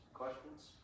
Questions